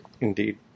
Indeed